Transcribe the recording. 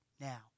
now